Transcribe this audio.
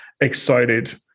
excited